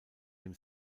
dem